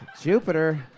Jupiter